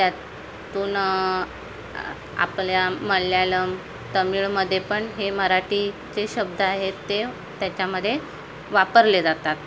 त्यातून आपल्या मल्यालम तमिळमध्ये पण हे मराठीचे शब्द आहेत ते त्याच्यामध्ये वापरले जातात